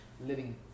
living